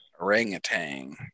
orangutan